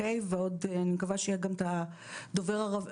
ועוד אני מקווה שיהיה גם את הדובר ערבית.